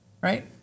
right